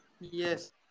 Yes